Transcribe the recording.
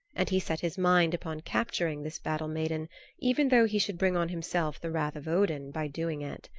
and he set his mind upon capturing this battle-maiden even though he should bring on himself the wrath of odin by doing it.